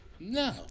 No